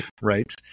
Right